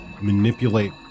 manipulate